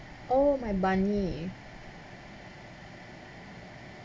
oh my bunny